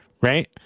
Right